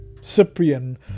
Cyprian